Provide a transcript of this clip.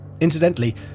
Incidentally